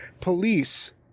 Police